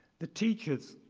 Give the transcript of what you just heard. the teachers